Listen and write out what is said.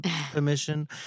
permission